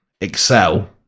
excel